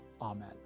Amen